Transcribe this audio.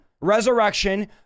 resurrection